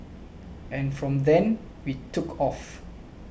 and from then we took off